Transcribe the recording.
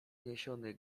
niesiony